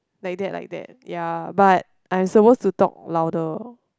like that like that ya but I'm suppose to talk louder